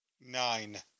Nine